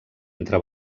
entre